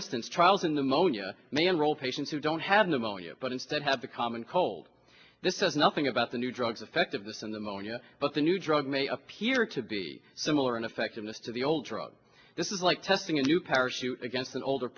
instance trials in the monia man roll patients who don't have pneumonia but instead have the common cold this is nothing about the new drugs effect of this in the monia but the new drug may appear to be similar in effectiveness to the old drug this is like testing a new parachute against an older